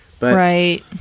Right